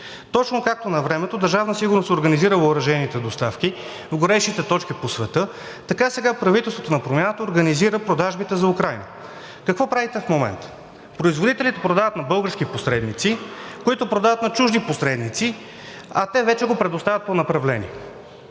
Точно както навремето Държавна сигурност е организирала оръжейните доставки в горещите точки по света, така сега правителството на промяната организира продажбите за Украйна. Какво правите в момента? Производителите продават на български посредници, които продават на чужди посредници, а те вече го предоставят по направление.